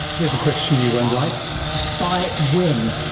here's a question you won't like by when?